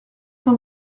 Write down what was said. cent